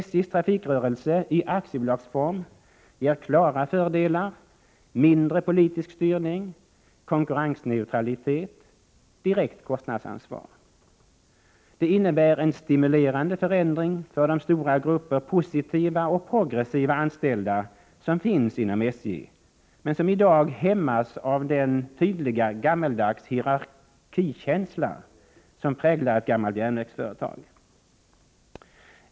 SJ:s trafikrörelse i aktiebolagsform ger klara fördelar: mindre politisk styrning, konkurrensneutralitet och direkt kostnadsansvar. Det innebär en stimulerande förändring för de stora grupper positiva och progressiva anställda som finns inom SJ, men som i dag hämmas av den tydliga gammaldags hierarkikänsla som präglar ett gammalt järnvägsföretag.